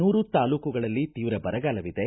ನೂರು ತಾಲ್ಲೂಕುಗಳಲ್ಲಿ ತೀವ್ರ ಬರಗಾಲವಿದೆ